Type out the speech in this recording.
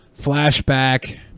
flashback